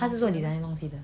他是做 designer 的东西